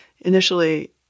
Initially